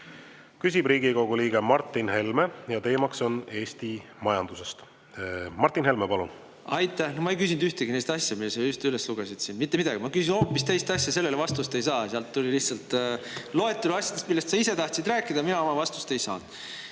Küsib Riigikogu liige Martin Helme ja teema on Eesti majandusest. Martin Helme, palun! Aitäh! Ma ei küsinud ühtegi sellist asja, mis sa just üles lugesid siin, mitte midagi. Ma küsisin hoopis teist asja. Sellele vastust ei saanud, sealt tuli lihtsalt loetelu asjadest, millest sa ise tahtsid rääkida. Mina oma vastust ei saanud.